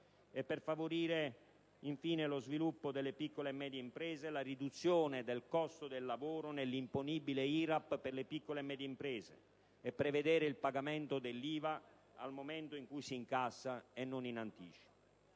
Per favorire lo sviluppo delle piccole e medie imprese, abbiamo previsto la riduzione del costo del lavoro nell'imponibile IRAP per le piccole e medie imprese e il pagamento dell'IVA al momento in cui si incassa e non in anticipo.